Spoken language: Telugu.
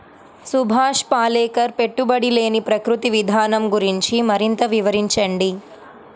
సుభాష్ పాలేకర్ పెట్టుబడి లేని ప్రకృతి విధానం గురించి మరింత వివరించండి